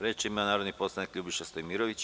Reč ima narodni poslanik Ljubiša Stojmirović.